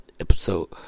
Episode